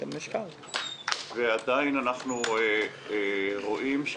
ועדיין אנחנו רואים,